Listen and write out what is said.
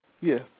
Yes